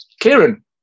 Kieran